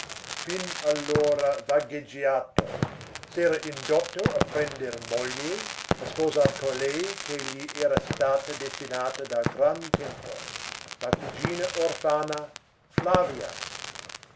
fin allora vagheggiato s'era indotto a prender moglie a sposar colei che gli era stata destinata da gran tempo la cugina orfana flavia